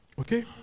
Okay